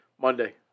monday